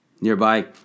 Nearby